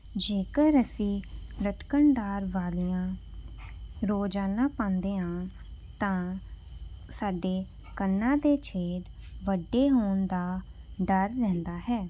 ਜੇਕਰ ਅਸੀਂ ਲੱਟਕਣਦਾਰ ਵਾਲੀਆਂ ਰੋਜ਼ਾਨਾ ਪਾਉਂਦੇ ਹਾਂ ਤਾਂ ਸਾਡੇ ਕੰਨਾਂ ਦੇ ਛੇਦ ਵੱਡੇ ਹੋਣ ਦਾ ਡਰ ਰਹਿੰਦਾ ਹੈ